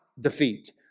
defeat